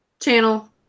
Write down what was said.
channel